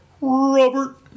Robert